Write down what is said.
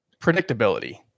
predictability